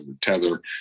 tether